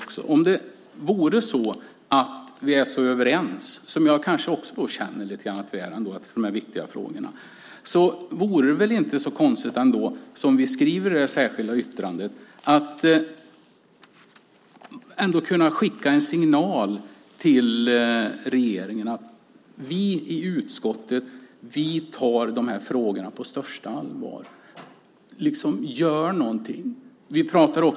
Om vi skulle vara så överens i de här viktiga frågorna, som jag också känner lite grann att vi är, vore det väl inte så konstigt, som vi skriver i det särskilda yttrandet, om vi skickade en signal till regeringen att vi i utskottet tar de här frågorna på största allvar - gör någonting!